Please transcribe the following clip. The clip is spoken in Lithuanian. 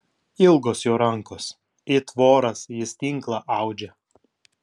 ilgos jo rankos it voras jis tinklą audžia